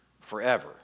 forever